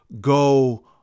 go